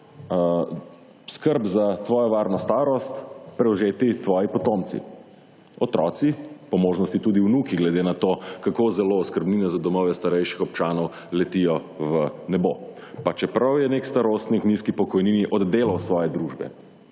skrb za tvojo varno starost prevzeti tvoji potomci, otroci, po možnosti tudi vnuki, glede na to, kako zelo oskrbnina za domove starejših občanov letijo v nebo, pa čeprav je nek starostnik nizki pokojnini oddelal svoje družbe.